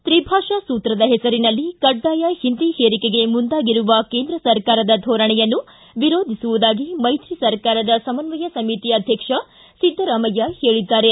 ತ್ರಿಭಾಷಾ ಸೂತ್ರದ ಹೆಸರಿನಲ್ಲಿ ಕಡ್ಡಾಯ ಹಿಂದಿ ಹೇರಿಕೆಗೆ ಮುಂದಾಗಿರುವ ಕೇಂದ್ರ ಸರ್ಕಾರದ ಧೋರಣೆಯನ್ನು ವಿರೋಧಿಸುವುದಾಗಿ ಮೈತ್ರಿ ಸರ್ಕಾರದ ಸಮನ್ವಯ ಸಮಿತಿ ಅಧ್ಯಕ್ಷ ಸಿದ್ದರಾಮಯ್ಯ ಹೇಳಿದ್ದಾರೆ